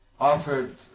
offered